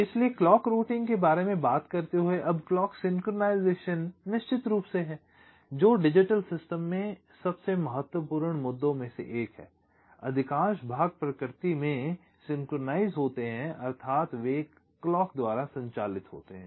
इसलिए clock routing के बारे में बात करते हुए अब क्लॉक सिंक्रोनाइज़ेशन निश्चित रूप से है जो डिजिटल सिस्टम में सबसे महत्वपूर्ण मुद्दों में से एक है अधिकांश भाग प्रकृति में सिंक्रोनाइज़ होते हैं अर्थात वे एक घड़ी द्वारा संचालित होते हैं